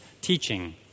teaching